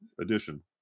edition